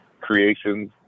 creations